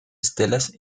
estelas